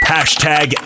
Hashtag